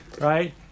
right